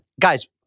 guys